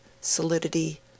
solidity